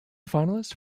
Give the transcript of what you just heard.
finalist